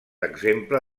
exemple